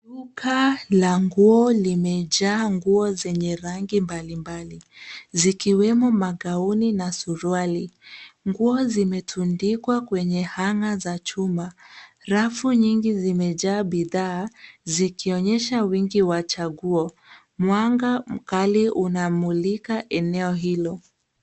Duka la nguo limejaa nguo zenye rangi mbali mbali, zikiwemo magowni na suruali. Nguo zimetundikwa kwenye hanger za chuma rafu nyingi zimejaa bidhaa zikionyesha wingi wa chaguo, mwanga mkali unamulika eneo hilo.